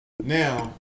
Now